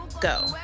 go